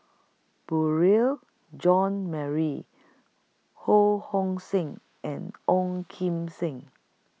Beurel Jean Marie Ho Hong Sing and Ong Kim Seng